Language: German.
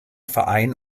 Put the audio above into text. verein